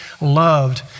loved